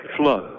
flood